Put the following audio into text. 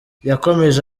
yakomeje